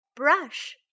brush